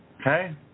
Okay